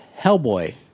Hellboy